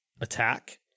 attack